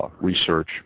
research